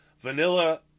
vanilla